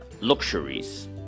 luxuries